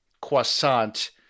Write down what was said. croissant